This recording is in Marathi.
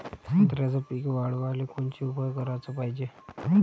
संत्र्याचं पीक वाढवाले कोनचे उपाव कराच पायजे?